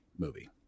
movie